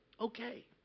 Okay